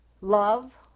Love